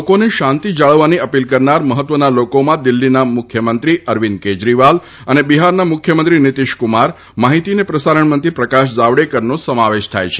લોકોને શાંતિ જાળવવાની અપીલ કરનાર મહત્વના લોકોમાં દિલ્હીના મુખ્યમંત્રી અરવિંદ કેજરીવાલ અને બિહારના મુખ્યમંત્રી નીતિશ કુમાર માહિતી અને પ્રસારણમંત્રી પ્રકાશ જાવડેકરનો સમાવેશ થાય છે